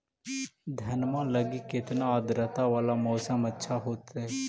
धनमा लगी केतना आद्रता वाला मौसम अच्छा होतई?